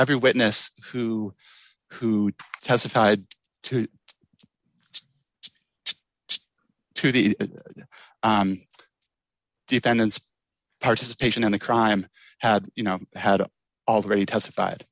every witness who who testified to to the defendant's participation in the crime had you know had already testified